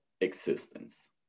existence